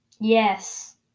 Yes